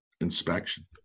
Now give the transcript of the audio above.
inspection